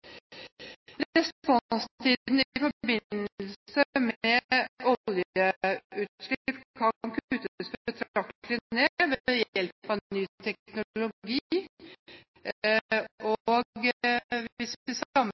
Responstiden i forbindelse med oljeutslipp kan kuttes